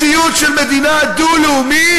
מציאות של מדינה דו-לאומית,